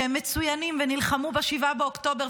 שהם מצוינים ונלחמו ב-7 באוקטובר,